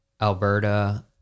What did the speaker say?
Alberta